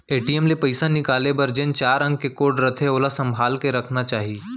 ATM ले पइसा निकाले बर जेन चार अंक के कोड रथे ओला संभाल के रखना चाही